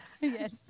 Yes